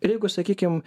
ir jeigu sakykim